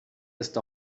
ist